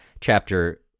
chapter